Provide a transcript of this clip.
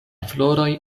floroj